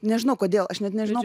nežinau kodėl aš net nežinau